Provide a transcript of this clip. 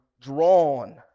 drawn